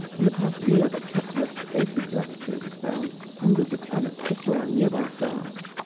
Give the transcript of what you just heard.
in the past year, the kepler space observatory has found hundreds of planets just around nearby stars.